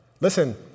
Listen